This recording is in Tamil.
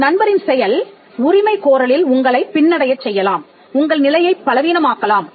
உங்கள் நண்பரின் செயல் உரிமை கோரலில் உங்களைப் பின்னடையச் செய்யலாம் உங்கள் நிலையைப் பலவீனமாக்கலாம்